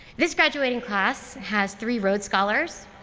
this graduating class has three rhodes scholars,